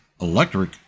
Electric